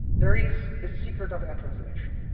there is the secret of and and translation.